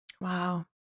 Wow